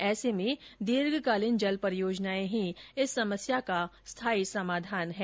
ऐसे में दीर्घकालीन जल परियोजनाएं ही इस समस्या का स्थायी समाधान है